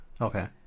Okay